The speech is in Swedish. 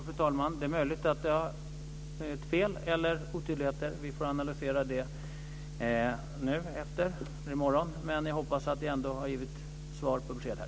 Fru talman! Det är möjligt att det har blivit fel eller otydligheter. Vi får analysera efter debatten i morgon. Jag hoppas att jag ändå har givit ett svar.